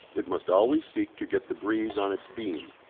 it must always seek to get the breeze on its beam,